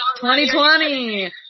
2020